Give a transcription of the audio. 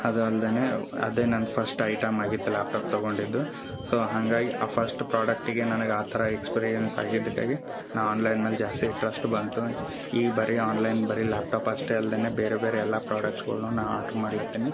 ಅದು ಅಲ್ದೆನೆ ಅದೇ ನನ್ನ ಫಸ್ಟ್ ಐಟಮ್ ಆಗಿತ್ತು ಲ್ಯಾಪ್ಟಾಪ್ ತಗೊಂಡಿದ್ದು ಸೊ ಹಾಗಾಗಿ ಆ ಫಸ್ಟ್ ಪ್ರಾಡಕ್ಟಿಗೆ ನನಗೆ ಆ ಥರ ಎಕ್ಸ್ಪೀರಿಯನ್ಸ್ ಆಗಿದ್ದಕ್ಕಾಗಿ ನಾ ಆನ್ಲೈನ್ ಮೇಲೆ ಜಾಸ್ತಿ ಟ್ರಸ್ಟ್ ಬಂತು ಈ ಬರಿ ಆನ್ಲೈನ್ ಬರಿ ಲ್ಯಾಪ್ಟಾಪ್ ಅಷ್ಟೆ ಅಲ್ದೆನೆ ಬೇರೆ ಬೇರೆ ಎಲ್ಲ ಪ್ರಾಡಕ್ಟ್ಸ್ಗಳ್ನು ನಾ ಆರ್ಡ್ರ್ ಮಾಡ್ಲತ್ತಿನಿ